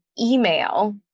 email